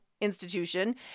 institution